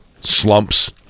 slumps